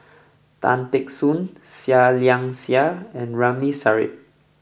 Tan Teck Soon Seah Liang Seah and Ramli Sarip